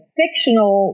fictional